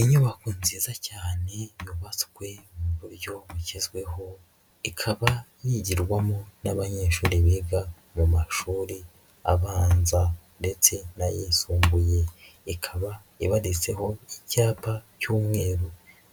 Inyubako nziza cyane yubatswe buryo bugezweho ikaba yigirwamo n'abanyeshuri biga mu mashuri abanza ndetse n'ayisumbuye, ikaba ibaditseho icyapa cy'umweru